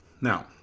Now